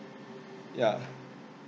ya